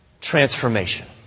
transformation